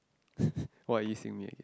why are you seeing me again